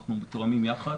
אנחנו מתואמים ביחד,